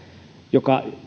joka